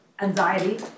anxiety